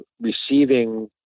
receiving